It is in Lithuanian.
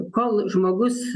kol žmogus